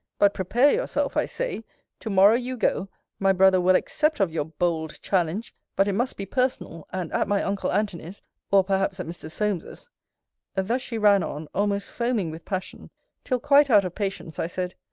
but prepare yourself, i say to-morrow you go my brother will accept of your bold challenge but it must be personal and at my uncle antony's or perhaps at mr. solmes's thus she ran on, almost foaming with passion till, quite out of patience, i said,